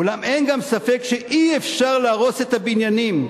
אולם אין גם ספק שאי-אפשר להרוס את הבניינים,